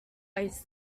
ice